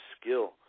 skill